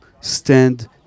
stand